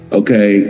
okay